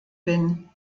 bin